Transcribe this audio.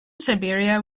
siberia